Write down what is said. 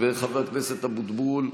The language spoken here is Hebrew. חבר הכנסת אבוטבול,